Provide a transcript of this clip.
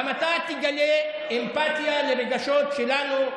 גם אתה תגלה אמפתיה לרגשות שלנו,